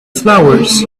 flowers